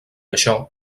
això